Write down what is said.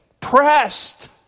pressed